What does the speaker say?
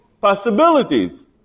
possibilities